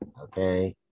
okay